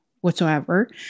whatsoever